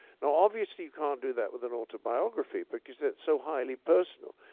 now, obviously you can't do that with an autobiography, but because it's so highly personal.